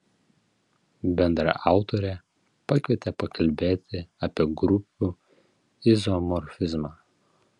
bendraautorę pakvietė pakalbėti apie grupių izomorfizmą